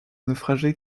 naufragés